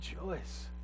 Rejoice